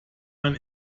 man